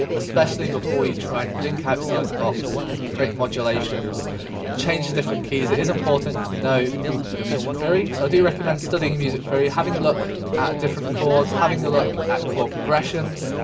especially before you try and think outside the box and create modulations and change to different keys, it is important to know your music theory. so, i do recommend studying music theory, having a look at different chords, having a look at chord progressions,